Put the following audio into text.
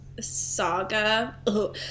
Saga